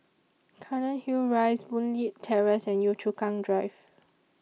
Cairnhill Rise Boon Leat Terrace and Yio Chu Kang Drive